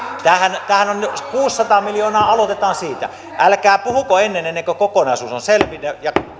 kuusisataa miljoonaa aloitetaan siitä älkää puhuko ennen ennen kuin kokonaisuus on selvillä